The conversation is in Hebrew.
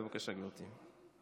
בבקשה, גברתי.